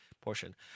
portion